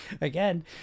Again